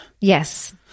Yes